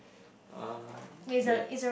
um late